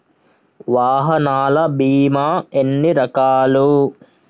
వాహనాల బీమా ఎన్ని రకాలు?